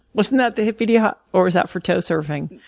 wasn't that the hippity hop, or was that for tow surfing?